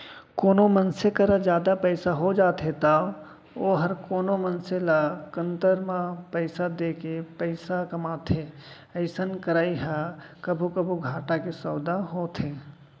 कोनो मनसे करा जादा पइसा हो जाथे तौ वोहर कोनो मनसे ल कन्तर म पइसा देके पइसा कमाथे अइसन करई ह कभू कभू घाटा के सौंदा होथे